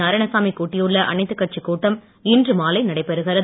நாராயணசாமி கூட்டியுள்ள அனைத்து கட்சி கூட்டம் இன்று மாலை நடைபெறுகிறது